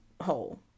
hole